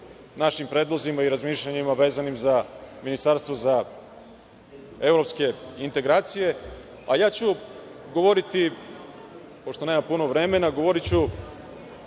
našim predlozima i razmišljanjima vezanim za ministarstvo za evropske integracije, a ja ću govoriti, pošto nemam puno vremena, govoriću